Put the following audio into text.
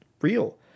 real